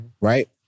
right